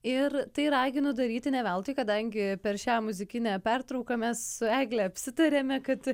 ir tai raginu daryti ne veltui kadangi per šią muzikinę pertrauką mes su egle apsitarėme kad